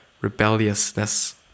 Rebelliousness